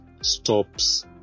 stops